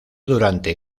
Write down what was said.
durante